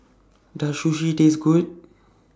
Does Sushi Taste Good